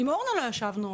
עם אורנה לא ישבנו,